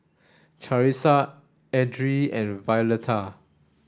Charissa Edrie and Violeta